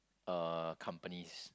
uh companies